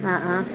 ആ ആ